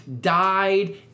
died